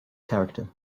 character